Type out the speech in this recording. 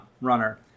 runner